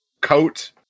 coat